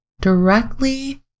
directly